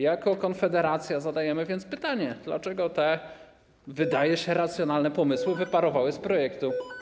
Jako Konfederacja zadajemy pytanie: Dlaczego te, wydaje się, racjonalne pomysły wyparowały z projektu?